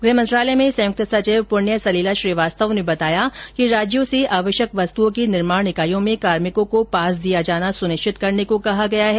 गृह मंत्रालय में संयुक्त सचिव पुण्य सलिला श्रीवास्तव ने बताया कि राज्यों से आवश्यक वस्तुओं की निर्माण ईकाइयों में कार्मिकों को पास दिया जाना सुनिश्चित करने को कहा गया है